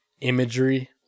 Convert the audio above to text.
imagery